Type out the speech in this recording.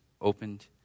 opened